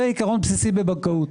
זה עיקרון בסיסי בבנקאות.